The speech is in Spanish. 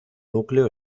núcleo